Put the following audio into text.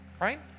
Right